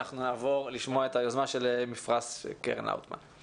אנחנו נעבור לשמוע את היוזמה של "מפרש" של קרן לאוטמן.